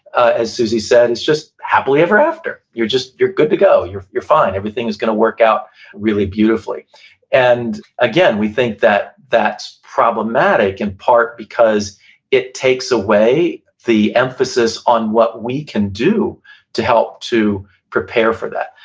ah as suzy said, it's just happily ever after. you're good to go, you're you're fine, everything is going to work out really beautifully and again, we think that that's problematic, in part because it takes away the emphasis on what we can do to help to prepare for that.